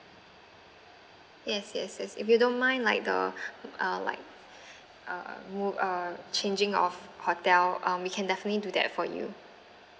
yes yes yes if you don't mind like the uh like uh mov~ uh changing of hotel um we can definitely do that for you